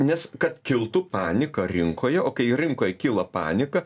nes kad kiltų panika rinkoje o kai rinkoj kyla panika